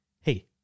hey